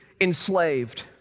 enslaved